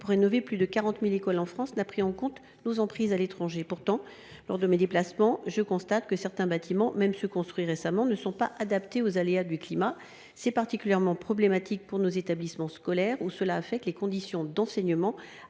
pour rénover plus de 40 000 écoles en France, n’ont pris en compte nos emprises à l’étranger. Pourtant, lors de mes déplacements, je constate que certains bâtiments, même ceux qui ont été construits récemment, ne sont pas adaptés aux aléas du climat. C’est particulièrement problématique pour nos établissements scolaires, puisque cela affecte les conditions d’enseignement,